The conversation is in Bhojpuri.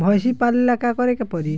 भइसी पालेला का करे के पारी?